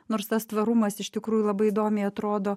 nors tas tvarumas iš tikrųjų labai įdomiai atrodo